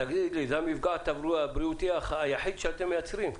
תגיד לי, זה המפגע הבריאותי היחיד שאתם מייצרים?